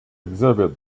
exhibit